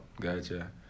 Gotcha